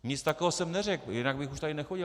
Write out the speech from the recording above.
Nic takového jsem neřekl, jinak bych už tady nechodil.